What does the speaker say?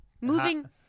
moving